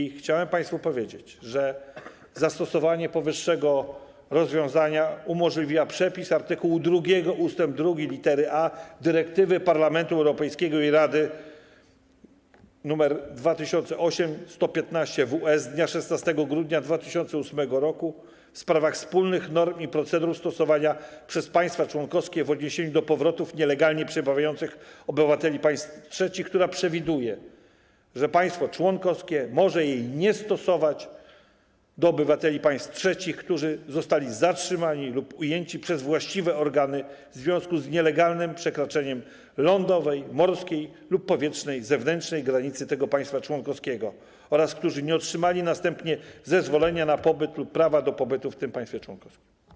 I chciałem państwu powiedzieć, że zastosowanie powyższego rozwiązania umożliwia przepis art. 2 ust. 2 lit. a dyrektywy Parlamentu Europejskiego i Rady nr 2008/115/WR z dnia 16 grudnia 2008 r. w sprawach wspólnych norm i procedur stosowanych przez państwa członkowskie w odniesieniu do powrotów nielegalnie przebywających obywateli państw trzecich, która przewiduje, że państwo członkowskie może jej nie stosować do obywateli państw trzecich, którzy zostali zatrzymani lub ujęci przez właściwe organy w związku z nielegalnym przekroczeniem lądowej, morskiej lub powietrznej zewnętrznej granicy tego państwa członkowskiego oraz którzy nie otrzymali następnie zezwolenia na pobyt lub prawa do pobytu w tym państwie członkowskim.